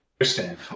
understand